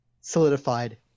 solidified